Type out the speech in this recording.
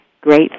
great